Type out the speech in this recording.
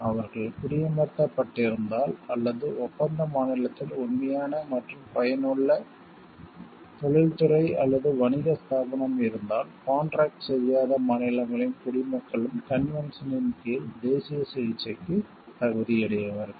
அவர்கள் குடியமர்த்தப்பட்டிருந்தால் அல்லது ஒப்பந்த மாநிலத்தில் உண்மையான மற்றும் பயனுள்ள தொழில்துறை அல்லது வணிக ஸ்தாபனம் இருந்தால் கான்ட்ராக்ட் செய்யாத மாநிலங்களின் குடிமக்களும் கன்வென்ஷனின் கீழ் தேசிய சிகிச்சைக்கு தகுதியுடையவர்கள்